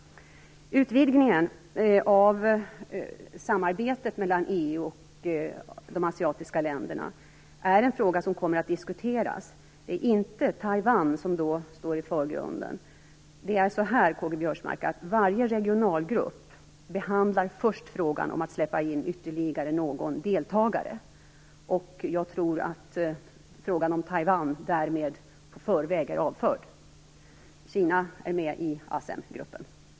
Utvidgningen av samarbetet mellan EU och de asiatiska länderna är en fråga som kommer att diskuteras. Det är inte Taiwan som då står i förgrunden. Det är så, Karl-Göran Biörsmark, att varje regional grupp behandlar först frågan om att släppa in ytterligare någon deltagare. Jag tror att frågan om Taiwan därmed på förhand är avförd. Kina är med i ASEM gruppen.